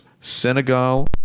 Senegal